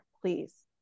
please